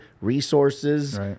resources